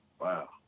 Wow